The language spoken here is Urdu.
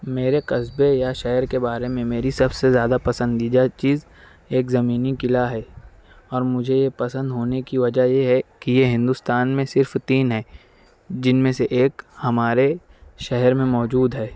میرے قصبے یا شہر کے بارے میں میری سب سے زیادہ پسندیدہ چیز ایک زمینی قلعہ ہے اور مجھے یہ پسند ہونے کی وجہ یہ ہے کہ یہ ہندوستان میں صرف تین ہے جن میں سے ایک ہمارے شہر میں موجود ہے